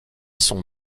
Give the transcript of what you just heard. son